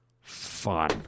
fun